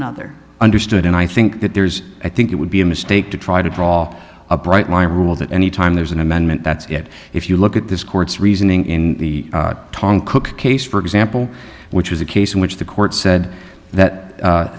another understood and i think that there's i think it would be a mistake to try to draw a bright line rule that anytime there's an amendment that's it if you look at this court's reasoning in the tongue cook case for example which is a case in which the court said that